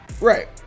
Right